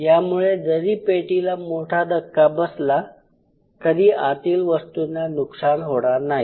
यामुळे जरी पेटीला मोठा धक्का बसला तरी आतील वस्तूंना नुकसान होणार नाही